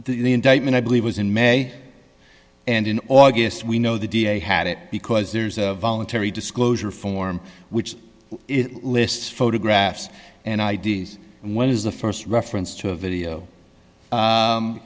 the indictment i believe was in may and in august we know the d a had it because there's a voluntary disclosure form which lists photographs and i d s and what is the st reference to a video